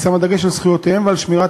היא שמה דגש על זכויותיהם ועל שמירת